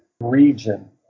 region